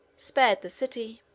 spared the city.